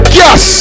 yes